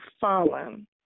Fallen